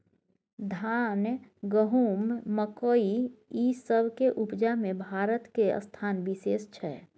धान, गहूम, मकइ, ई सब के उपजा में भारत के स्थान विशेष छै